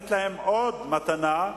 ולתת להם עוד מתנה,